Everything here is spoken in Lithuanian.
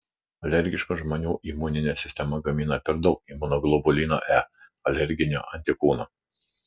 alergiškų žmonių imuninė sistema gamina per daug imunoglobulino e alerginio antikūno